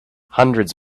hundreds